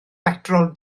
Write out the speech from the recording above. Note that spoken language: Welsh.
betrol